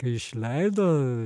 kai išleido